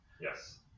Yes